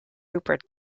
rupert